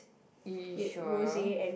you sure